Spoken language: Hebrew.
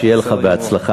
שיהיה לך בהצלחה.